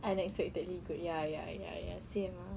unexpectedly good ya ya ya ya same ah